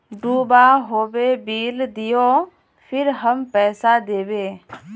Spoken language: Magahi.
दूबा होबे बिल दियो फिर हम पैसा देबे?